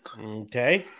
Okay